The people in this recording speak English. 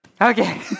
Okay